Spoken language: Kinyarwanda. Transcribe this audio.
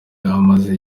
amaze